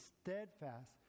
steadfast